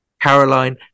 Caroline